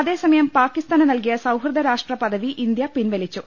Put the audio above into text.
അതേസമയം പാകിസ്ഥാന് നല്കിയ സൌഹൃദ രാഷ്ട്ര പദവി ഇന്ത്യ പിൻവലിച്ചു